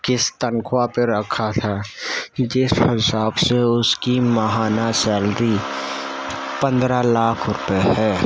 کس تنخواہ پہ رکھا تھا جس حساب سے اس کی ماہانہ سیلری پندرہ لاکھ روپئے ہے